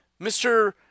Mr